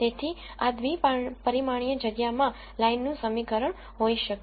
તેથી આ દ્રિ પરિમાણીય જગ્યા માં લાઇનનું સમીકરણ હોઈ શકે